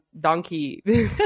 Donkey